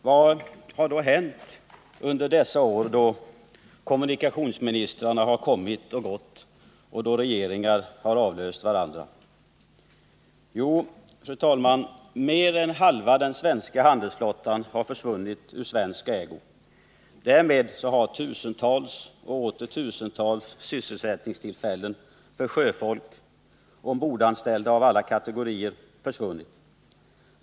Vad har då hänt under dessa år, då kommunikationsministrarna har kommit och gått och då regeringar har avlöst varandra? Jo, fru talman, mer än halva den svenska handelsflottan har försvunnit ur svensk ägo. Därmed har tusentals och åter tusentals sysselsättningstillfällen för sjöfolk — ombordanställda av alla kategorier — försvunnit.